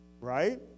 right